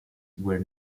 were